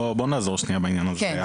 בוא נעזור שנייה בעניין הזה.